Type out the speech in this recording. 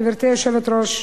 גברתי היושבת-ראש,